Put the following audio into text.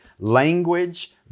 Language